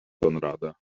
konrada